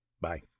Bye